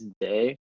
day